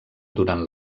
durant